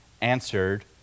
answered